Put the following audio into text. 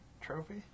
trophy